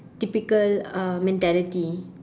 typical uh mentality